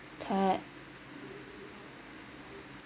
that